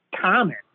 common